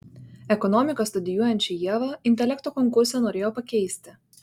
ekonomiką studijuojančią ievą intelekto konkurse norėjo pakeisti